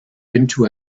into